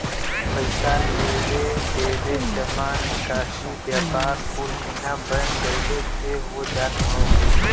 पइसा लेवे देवे, जमा निकासी, व्यापार कुल बिना बैंक गइले से हो जात हौ